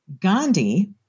Gandhi